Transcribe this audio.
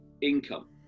income